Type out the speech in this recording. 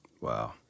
Wow